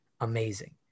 amazing